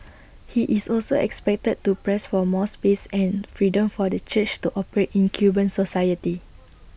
he is also expected to press for more space and freedom for the church to operate in Cuban society